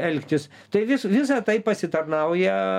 elgtis tai vis visa tai pasitarnauja